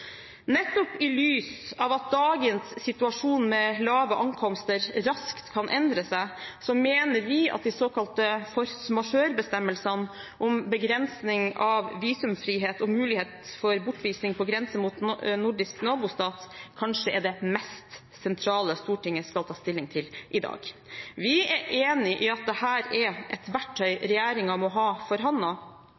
Nettopp i lys av at dagens situasjon med lave ankomster raskt kan endre seg, mener vi at de såkalte force majeure-bestemmelsene, om begrensning av visumfrihet og mulighet for bortvisning på grense mot nordisk nabostat, kanskje er det mest sentrale Stortinget skal ta stilling til i dag. Vi er enig i at dette er et verktøy